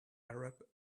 arab